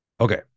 Okay